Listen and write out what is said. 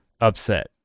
upset